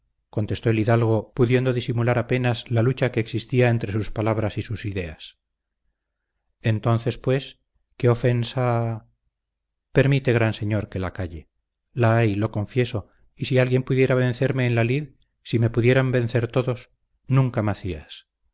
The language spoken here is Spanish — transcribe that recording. contestó el hidalgo pudiendo disimular apenas la lucha que existía entre sus palabras y sus ideas entonces pues qué ofensa permite gran señor que la calle la hay lo confieso y si alguien pudiera vencerme en la lid si me pudieran vencer todos nunca macías